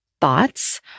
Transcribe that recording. thoughts